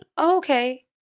okay